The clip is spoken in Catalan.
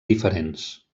diferents